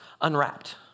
unwrapped